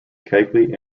keighley